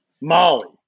Molly